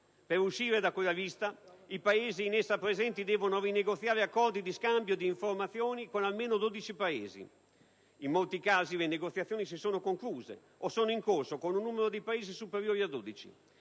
Per uscire da quella lista, i Paesi in essa presenti devono rinegoziare accordi di scambio di informazioni con almeno 12 Paesi. In molti casi le negoziazioni si sono concluse o sono in corso con un numero di Paesi superiore a 12.